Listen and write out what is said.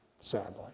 sadly